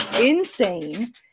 insane